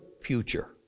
future